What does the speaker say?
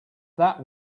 that